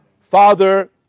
Father